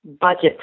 budget